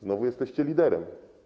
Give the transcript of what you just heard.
Znowu jesteście liderem.